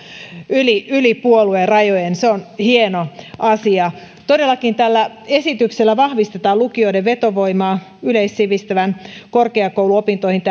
yli yli puoluerajojen se on hieno asia todellakin tällä esityksellä vahvistetaan lukioiden vetovoimaa yleissivistävän korkeakouluopintoihin